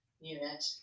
unit